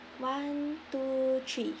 one two three